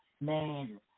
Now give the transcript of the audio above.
man